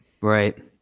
Right